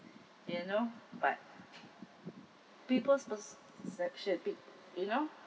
you know but people's perception a bit you know